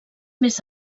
més